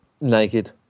naked